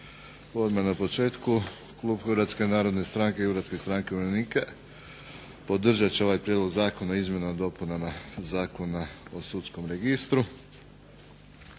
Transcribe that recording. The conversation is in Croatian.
Odmah na početku klub Hrvatske narodne stranke i Hrvatske stranke umirovljenika podržat će ovaj Prijedlog Zakona o izmjenama i dopunama Zakona o sudskom registru.